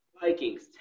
Vikings